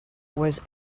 was